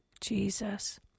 Jesus